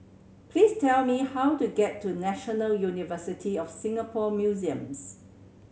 please tell me how to get to National University of Singapore Museums